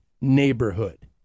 neighborhood